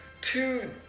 two